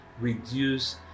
reduce